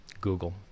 Google